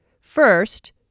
First